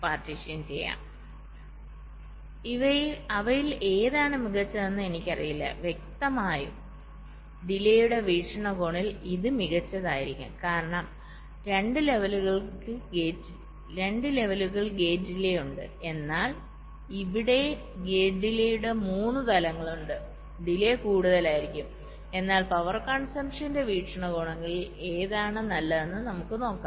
അതിനാൽ അവയിൽ ഏതാണ് മികച്ചതെന്ന് എനിക്കറിയില്ല വ്യക്തമായും ഡിലെയുടെ വീക്ഷണകോണിൽ ഇത് മികച്ചതായിരിക്കും കാരണം 2 ലെവലുകൾ ഗേറ്റ് ഡിലെ ഉണ്ട് എന്നാൽ ഇവിടെ ഗേറ്റ് ഡിലെയുടെ 3 തലങ്ങളുണ്ട് ഡിലെ കൂടുതലായിരിക്കും എന്നാൽ പവർ കൺസംപ്ഷന്റെ വീക്ഷണകോണിൽ ഏതാണ് നല്ലത് നമുക്ക് നോക്കാം